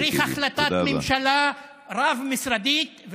צריך החלטת הממשלה רב-משרדית,